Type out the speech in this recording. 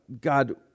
God